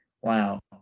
wow